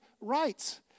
rights